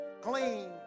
clean